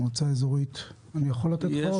מועצה אזורית אני יכול לתת לך עוד.